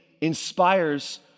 inspires